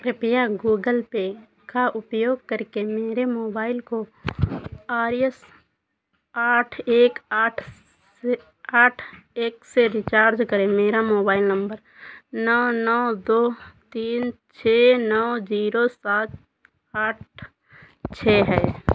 कृपया Google Pay का उपयोग करके मेरे मोबाइल को आर एस आठ एक आठ से आठ एक से रिचार्ज करें मेरा मोबाइल नम्बर नौ नौ दो तीन छह नौ ज़ीरो सात आठ छह है